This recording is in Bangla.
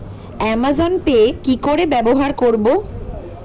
অ্যামাজন পে কি করে ব্যবহার করব?